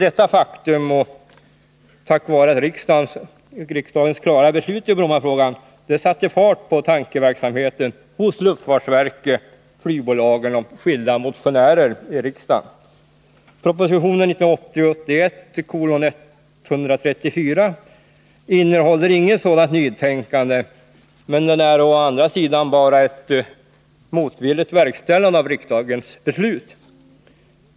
Detta faktum och riksdagens klara beslut i Brommafrågan satte fart på tankeverksamheten hos luftfartsverket, flygbolagen och skilda motionärer i riksdagen. Propositionen 1980/81:134 innehåller inget sådant nytänkande, men den innebär å andra sidan bara ett motvilligt verkställande av riksdagens beslut.